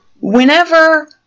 whenever